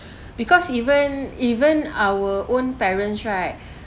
because even even our own parents right